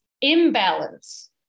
imbalance